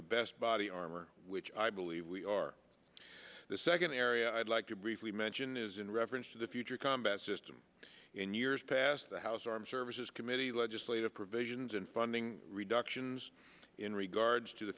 the best body armor which i believe we are the second area i'd like to briefly mention is in reference to the future combat system in years past the house armed services committee legislative provisions and funding reductions in regards to the